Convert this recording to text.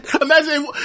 imagine